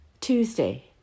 Tuesday